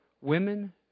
women